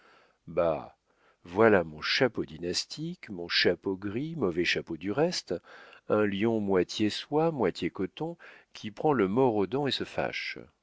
voilà mon chapeau dynastique mon chapeau gris mauvais chapeau du reste un lyon moitié soie moitié coton qui prend le mors aux dents et se fâche